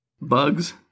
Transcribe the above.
Bugs